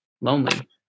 lonely